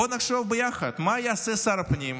בואו נחשוב ביחד מה יעשה שר הפנים,